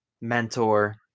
mentor